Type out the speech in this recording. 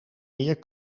meer